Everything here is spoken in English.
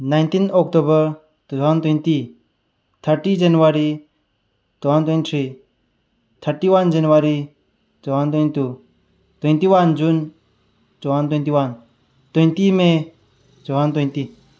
nineteen October two thousand twenty thirty January two thousand twenty three thirty one January two thousand twenty two twenty one June two thousand twenty one twenty may two thousand twenty